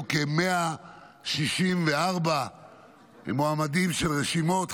היו כ-164 מועמדים של רשימות,